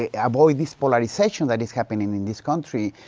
ah avoid this polarization that is happening in this country,